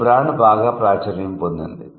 ఈ బ్రాండ్ బాగా ప్రాచుర్యం పొందింది